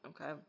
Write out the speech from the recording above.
Okay